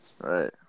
Right